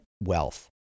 wealth